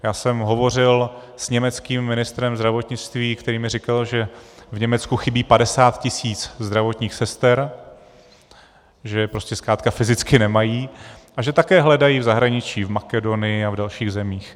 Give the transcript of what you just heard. Já jsem hovořil s německým ministrem zdravotnictví, který mi říkal, že v Německu chybí 50 tisíc zdravotních sester, že je prostě zkrátka fyzicky nemají a že také hledají v zahraničí v Makedonii a v dalších zemích.